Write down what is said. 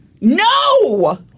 No